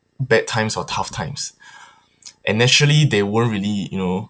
bad times or tough times and naturally they won't really you know